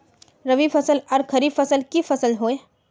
रवि फसल आर खरीफ फसल की फसल होय?